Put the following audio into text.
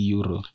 Euro